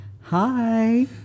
Hi